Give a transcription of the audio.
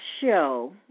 show